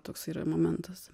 toks yra momentas